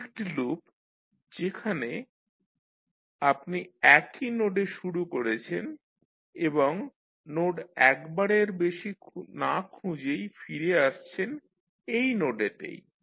এটি একটি লুপ যেখানে আপনি একই নোডে শুরু করছেন এবং নোড একবারের বেশি না খুঁজেই ফিরে আসছেন সেই নোডেতেই